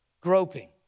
groping